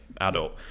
adult